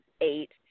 eight